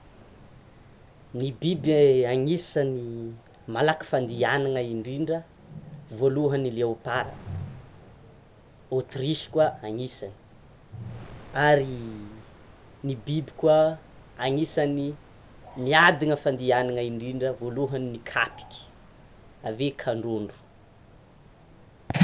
Ny biby anisan'ny malaky fandihanana indrindra, voalohany ny léopard, ny autruche koa anisany, ary ny biby koa anisan'ny miadana fandihanana indrindra voalohany ny kapiky, aveo kandrôndro.